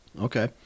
Okay